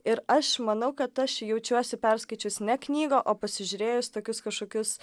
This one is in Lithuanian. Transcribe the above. ir aš manau kad aš jaučiuosi perskaičius ne knygą o pasižiūrėjus tokius kažkokius